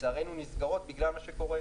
שלצערנו נסגרות בגלל מה שקורה.